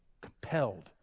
compelled